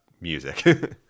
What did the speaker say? music